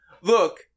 look